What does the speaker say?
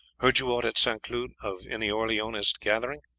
heard you aught at st. cloud of any orleanist gathering?